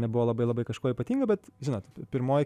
nebuvo labai labai kažkuo ypatinga bet žinot pirmoji